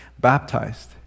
baptized